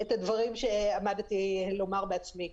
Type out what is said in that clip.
הדברים שעמדתי לומר בעצמי.